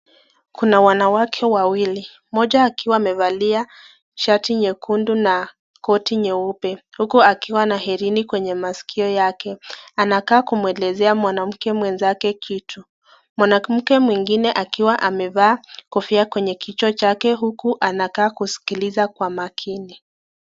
Kuna wanawake wawili. Mmoja akiwa amevalia shati jekundu na koti nyeupe huku akiwa na hirini kwenye masikio yake. Anakaa kumwelezea mwanamke mwenzake kitu . Mwanamke mwingine akiwa amevaa kofia kwenye kichwa chake huku anakaa kuskiliza kwa makini.